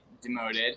demoted